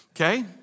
okay